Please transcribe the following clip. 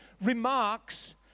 remarks